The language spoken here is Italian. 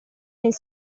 nel